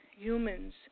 humans